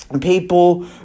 people